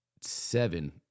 seven